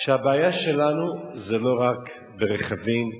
שהבעיה שלנו זה לא רק ברכבים עסקיים,